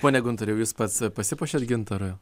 pone guntoriau jis pats pasipuošiat gintaru